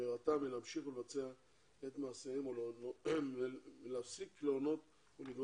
ולהירתע מלהמשיך לבצע את מעשיהם ולהפסיק להונות ולגרום